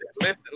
Listen